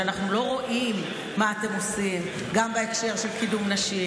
שאנחנו לא רואים מה אתם עושים גם בהקשר של קידום נשים,